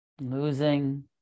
losing